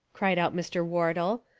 cried out mr. wardle,